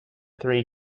three